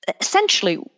Essentially